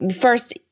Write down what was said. First